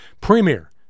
premier